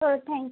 हो थँक